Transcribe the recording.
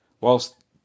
whilst